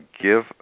Give